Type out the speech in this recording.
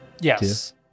Yes